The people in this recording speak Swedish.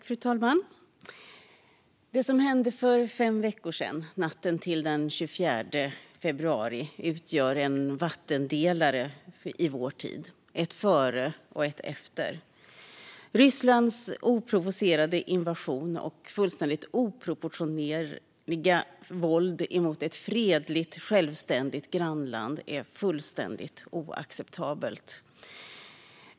Fru talman! Det som hände för fem veckor sedan, natten till den 24 februari, utgör en vattendelare i vår tid - det finns ett före och ett efter. Rysslands oprovocerade invasion och fullständigt oproportionerliga våld mot ett fredligt och självständigt grannland är fullständigt oacceptabelt.